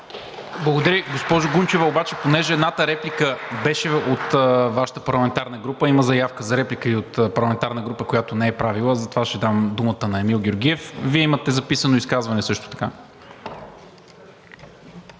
Благодаря. Госпожо Гунчева, понеже едната реплика беше от Вашата парламентарна група, има заявка за реплика и от парламентарна група, която не е правила, ще дам думата на Емил Георгиев. Вие имате записано изказване също така.